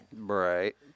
Right